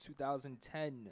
2010